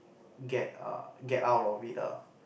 get err get out of it ah